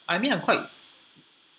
I mean I'm quite